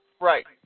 Right